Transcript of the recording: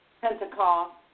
Pentecost